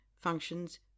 functions